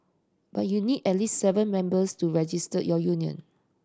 but you need at least seven members to register your union